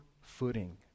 footing